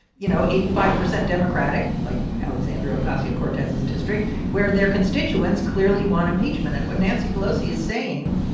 you know, eighty five percent democratic, like alexandra ocasio-cortez's district, where their constituents clearly want impeachment. and what nancy pelosi is saying,